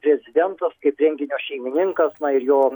prezidentas kaip renginio šeimininkas na ir jo